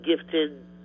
gifted